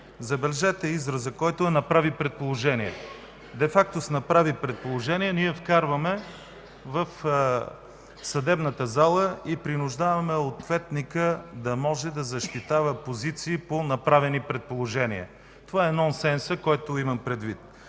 Забележете израза „направи предположение” – де факто с „направи предположение” ние вкарваме в съдебната зала и принуждаваме ответника да защитава позиции по направени предположения. Това е нонсенсът, който имам предвид.